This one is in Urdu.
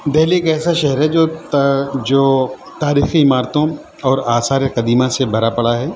دہلی ایک ایسا شہر ہے جو جو تاریخی عمارتوں اور آثارِ قدیمہ سے بھرا پڑا ہے